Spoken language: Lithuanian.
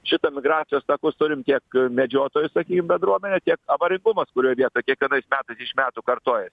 šitą migracijos takus turim tiek medžiotojų sakykim bendruomenė tiek avaringumas kurioj vietoj kiekvienais metais iš metų kartoja